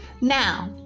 Now